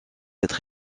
être